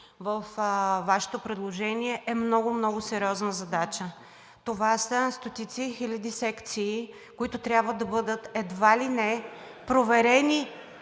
във Вашето предложение, е много, много сериозна задача. Това са стотици хиляди секции, които трябва да бъдат едва ли не проверени…